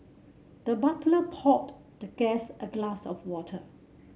the butler poured the guest a glass of water